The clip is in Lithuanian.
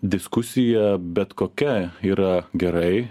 diskusija bet kokia yra gerai